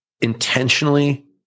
intentionally